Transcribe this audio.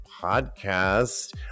podcast